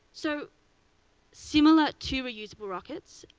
so similar to reusable rockets,